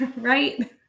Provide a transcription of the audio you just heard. Right